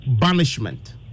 banishment